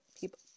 people